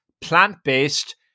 plant-based